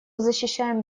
защищаем